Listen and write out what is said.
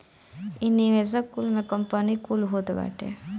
इ निवेशक कुल में कंपनी कुल होत बाटी